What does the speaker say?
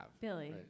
Billy